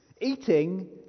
Eating